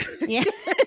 yes